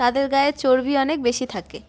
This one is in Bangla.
তাদের গায়ে চর্বি অনেক বেশি থাকে